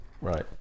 Right